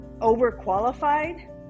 overqualified